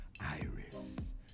Iris